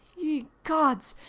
ye gods!